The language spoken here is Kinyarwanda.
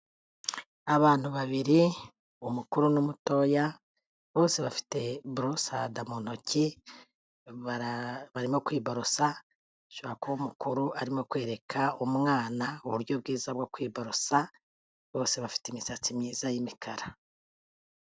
Abantu babiri, umukuru n'umutoya, bose bafite borosada mu ntoki, barimo kwibarosa, ashobora kuba umukuru arimo kwereka umwana, uburyo bwiza bwo kwibarosa, bose bafite imisatsi myiza y'imikara.